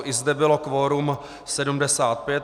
I zde bylo kvorum 75.